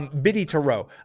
biddy, tarot,